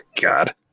god